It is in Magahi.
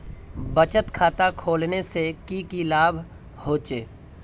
बचत खाता खोलने से की की लाभ होचे?